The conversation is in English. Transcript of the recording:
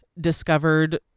discovered